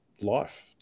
life